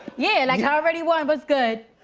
yeah. like, i already won. what's good?